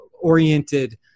oriented